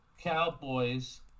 Cowboys